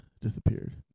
disappeared